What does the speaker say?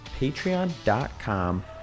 patreon.com